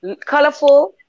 colorful